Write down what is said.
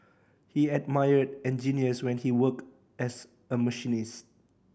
he admired engineers when he worked as a machinist